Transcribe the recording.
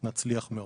אז נצליח מאוד.